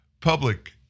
public